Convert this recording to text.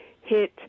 hit